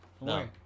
No